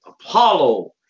Apollo